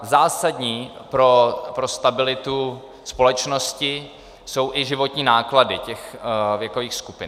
Zásadní pro stabilitu společnosti jsou i životní náklady věkových skupin.